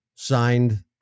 Signed